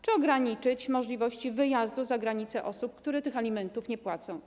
Czy ograniczyć możliwości wyjazdu za granicę osób, które tych alimentów nie płacą?